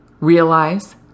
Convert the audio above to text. realize